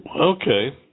Okay